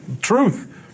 truth